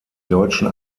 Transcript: deutschen